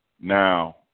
now